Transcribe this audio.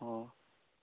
ꯑꯣ